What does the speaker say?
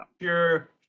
Sure